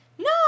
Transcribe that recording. No